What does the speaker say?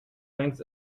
thanks